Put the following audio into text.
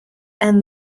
and